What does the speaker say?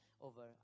over